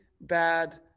bad